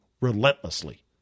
relentlessly